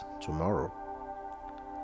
tomorrow